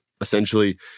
essentially